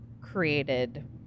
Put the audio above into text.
created